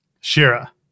Shira